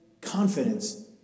confidence